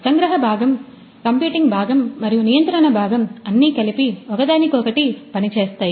సంగ్రహ భాగం కంప్యూటింగ్ భాగం మరియు నియంత్రణ భాగం అన్ని కలిపి ఒకదానికొకటి పనిచేస్తాయి